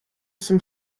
some